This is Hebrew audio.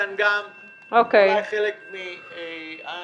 אכלתי אותה,